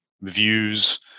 views